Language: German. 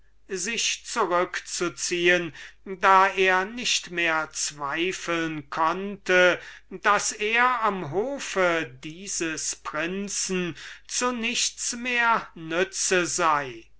sich zurückzuziehen da er nicht mehr zweifeln konnte daß er am hofe dieses prinzen zu nichts mehr nütze war